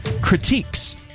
critiques